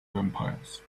vampires